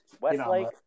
Westlake